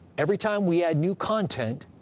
every time we add new content,